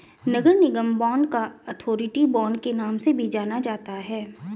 नगर निगम बांड को authority bond के नाम से भी जाना जाता है